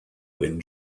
wyn